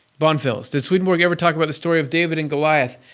bonfils did swedenborg ever talk about the story of david and goliath?